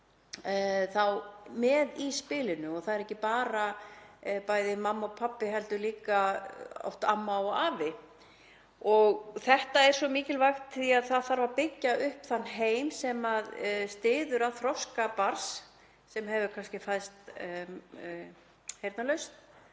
þá með í spilinu og það eru ekki bara mamma og pabbi heldur líka oft amma og afi. Þetta er svo mikilvægt því að það þarf að byggja upp þann heim sem styður við þroska barns sem hefur kannski fæðst heyrnarlaust.